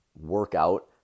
workout